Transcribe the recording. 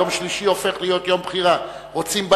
יום שלישי הופך להיות יום בחירה: רוצים,